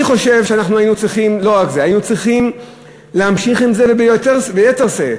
אני חושב שאנחנו צריכים להמשיך עם זה ביתר שאת: